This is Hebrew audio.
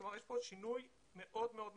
כלומר, יש כאן שינוי מאוד מאוד משמעותי.